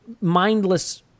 mindless